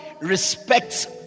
respects